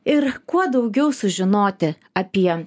ir kuo daugiau sužinoti apie